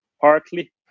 partly